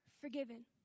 forgiven